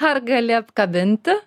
ar gali apkabinti